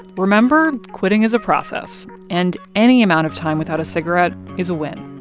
remember, quitting is a process, and any amount of time without a cigarette is a win.